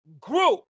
group